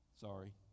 Sorry